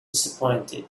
disappointed